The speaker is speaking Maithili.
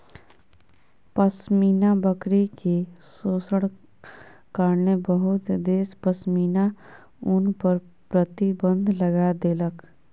पश्मीना बकरी के शोषणक कारणेँ बहुत देश पश्मीना ऊन पर प्रतिबन्ध लगा देलक